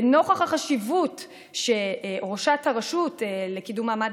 ונוכח החשיבות שראשת הרשות לקידום מעמד